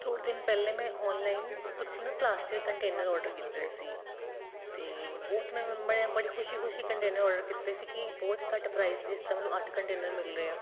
ਥੋੜ੍ਹੇ ਦਿਨ ਪਹਿਲੇ ਮੈਂ ਔਨਲਾਈਨ ਕੁਛ ਨਾ ਪਲਾਸਟਿਕ ਕੰਟੇਨਰ ਔਡਰ ਕੀਤੇ ਸੀ ਅਤੇ ਬਹੁਤ ਮੈਂ ਬਣਿਆ ਬੜੀ ਖੁਸ਼ੀ ਖੁਸ਼ੀ ਕੰਟੇਨਰ ਔਡਰ ਕੀਤੇ ਸੀ ਕਿ ਬਹੁਤ ਘੱਟ ਪ੍ਰਾਈਜ਼ ਜਿਸ ਤਰ੍ਹਾਂ ਮੈਨੂੰ ਅੱਠ ਕੰਟੇਨਰ ਮਿਲ ਰਹੇ ਹੈ